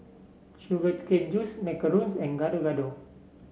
Sugar Cane Juice Macarons and Gado Gado